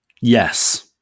Yes